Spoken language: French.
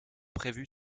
prévu